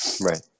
right